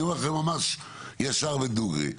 אני אומר לכם ממש ישר ודוגרי,